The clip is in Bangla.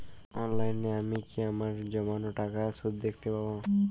অনলাইনে আমি কি আমার জমানো টাকার সুদ দেখতে পবো?